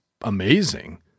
amazing